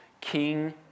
king